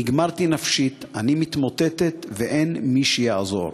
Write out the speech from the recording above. נגמרתי נפשית, אני מתמוטטת ואין מי שיעזור.